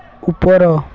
ଉପର